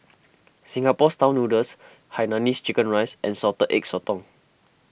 Singapore Style Noodles Hainanese Chicken Rice and Salted Egg Sotong